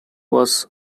was